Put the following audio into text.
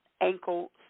Ankle